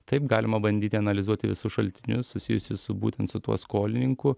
taip galima bandyti analizuoti visus šaltinius susijusius su būtent su tuo skolininku